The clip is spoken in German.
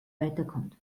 weiterkommt